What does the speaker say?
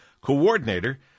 Coordinator